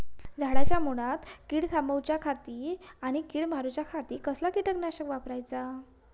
झाडांच्या मूनात कीड पडाप थामाउच्या खाती आणि किडीक मारूच्याखाती कसला किटकनाशक वापराचा?